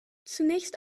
zunächst